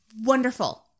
Wonderful